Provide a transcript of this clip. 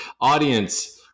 audience